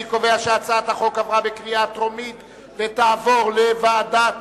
אני קובע שהצעת החוק עברה בקריאה טרומית ותעבור לוועדת